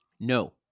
No